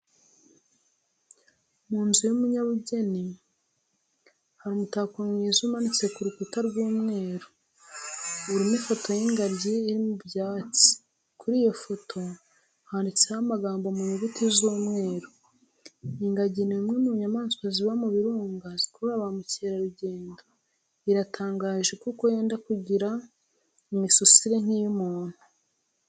Mu nzu y'umunyabugeni hari umutako mwiza umanitse ku rukuta rw'umweru, urimo ifoto y'ingagi iri mu byatsi, kuri iyo foto handitseho amagambo mu nyuguti z'umweru. Ingagi ni imwe mu nyamaswa ziba mu birunga zikurura ba mukerarugendo, iratangaje kuko yenda kugira imisusire nk'iy'umuntu.